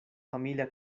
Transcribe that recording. familia